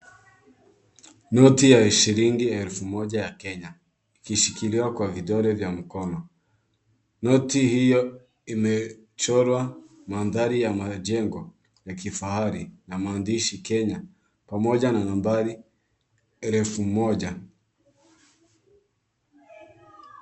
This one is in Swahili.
Noti ya shilingi elfu moja ya Kenya ikishikiliwa kwa vidole vya mkono. Noti hiyo imechorwa mandhari ya majengo ya kifahari na maandishi Kenya pamoja na nambari elfu moja.